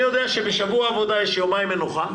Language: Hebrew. אני יודע שבשבוע עבודה יש יומיים מנוחה,